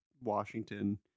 Washington